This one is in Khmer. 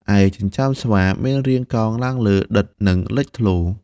ឯ ចិញ្ចើមស្វា មានរាងកោងឡើងលើ ដិត និងលេចធ្លោ។